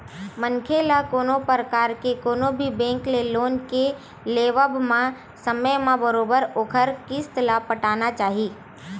मनखे ल कोनो परकार के कोनो भी बेंक ले लोन के लेवब म समे म बरोबर ओखर किस्ती ल पटाना चाही